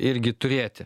irgi turėti